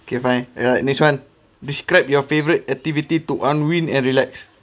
okay fine ya next one describe your favourite activity to unwind and relax